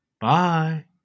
Bye